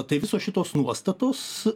tai visos šitos nuostatos